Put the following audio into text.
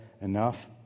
enough